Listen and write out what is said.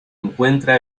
encuentra